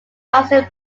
housing